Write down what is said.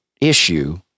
issue